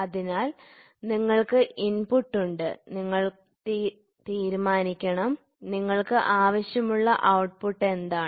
അതിനാൽ നിങ്ങൾക്ക് ഇൻപുട്ട് ഉണ്ട് നിങ്ങൾ തീരുമാനിക്കണം നിങ്ങൾക്ക് ആവശ്യമുള്ള ഔട്ട്പുട്ട് എന്താണ്